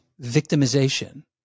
victimization